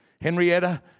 Henrietta